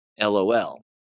LOL